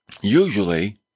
Usually